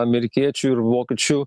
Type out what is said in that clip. amerikiečių ir vokiečių